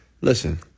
Listen